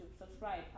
Subscribe